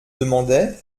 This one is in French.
demandait